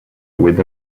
with